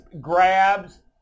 grabs